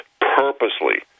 purposely